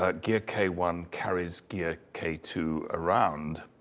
ah gear k one carries gear k two around.